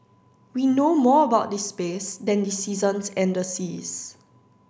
we know more about the space than the seasons and the seas